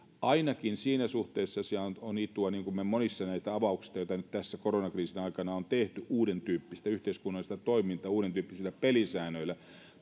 ainakin siinä suhteessa siinä on itua niin kuin monissa näistä avauksista joita nyt tässä koronakriisin aikana meillä on tehty uudentyyppistä yhteiskunnallista toimintaa ja uudentyyppisillä pelisäännöillä